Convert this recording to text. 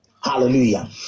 Hallelujah